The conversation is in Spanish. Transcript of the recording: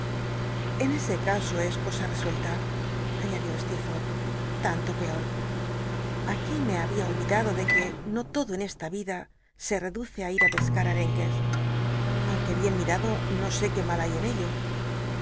en ese caso es cosa resuella añadió stecrforth tanto peor af ui me babia oll'idado de que no lodo en esta ida se rcduce á ir á pescar areuques aunque bien mirado no sé qué mal hay en ello